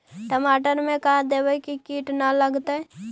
टमाटर में का देबै कि किट न लगतै?